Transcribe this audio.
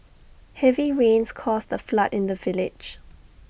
heavy rains caused A flood in the village